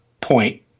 point